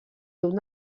tub